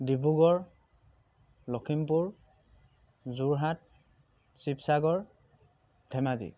Dibrugarh Lakhimpur Jorhat Sivasagar Dhemaji